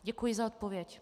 Děkuji za odpověď.